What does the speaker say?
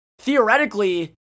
theoretically